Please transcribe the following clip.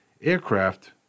aircraft